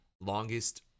longest